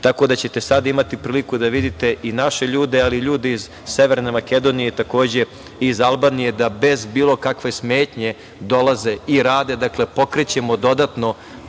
tako da ćete sada imati priliku da vidite i naše ljude, ali i ljude iz Severne Makedonije, takođe iz Albanije da bez bilo kakve smetnje dolaze i rade, pokrećemo dodatno